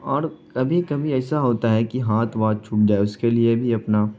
اور کبھی کبھی ایسا ہوتا ہے کہ ہاتھ واتھ چھوٹ جائے اس کے لیے بھی اپنا